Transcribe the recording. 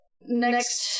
Next